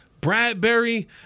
Bradbury